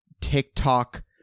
TikTok